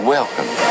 Welcome